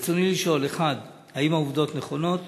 רצוני לשאול: 1. האם העובדות נכונות?